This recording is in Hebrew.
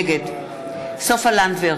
נגד סופה לנדבר,